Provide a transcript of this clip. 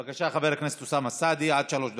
בבקשה, חבר הכנסת אוסאמה סעדי, עד שלוש דקות.